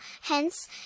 hence